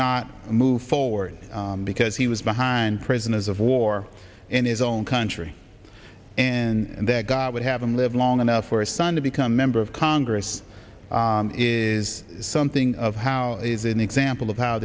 not move forward because he was behind prisoners of war in his own country and that god would have him live long enough for his son to become a member of congress is something of how it is an example of how